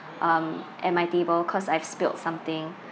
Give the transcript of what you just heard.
um at my table cause I've spilled something